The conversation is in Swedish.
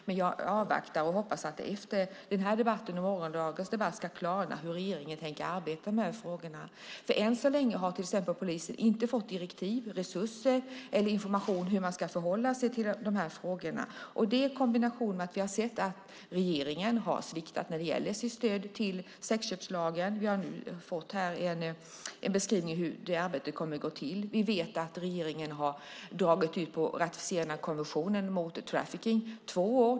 Men jag avvaktar och hoppas att det efter den här debatten och morgondagens debatt klarnar hur regeringen tänker arbeta med frågorna. Än så länge har till exempel polisen inte fått direktiv, resurser eller information om hur man ska förhålla sig till de här frågorna. Detta kombineras med att vi har sett att regeringen har sviktat när det gäller stödet till sexköpslagen. Vi har nu fått en beskrivning av hur det arbetet kommer att gå till. Vi vet att regeringen har dragit ut på ratificeringen av konventionen mot trafficking i två år.